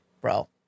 Bro